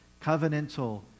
covenantal